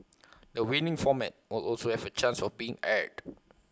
the winning format will also have A chance of being aired